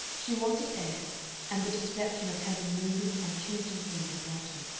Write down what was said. she wanted air and the distraction of having moving and changing things about her.